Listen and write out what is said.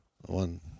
one